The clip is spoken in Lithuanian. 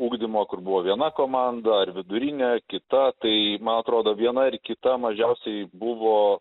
ugdymo kur buvo viena komanda ar vidurinė kita tai man atrodo viena ar kita mažiausiai buvo